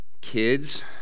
kids